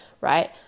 Right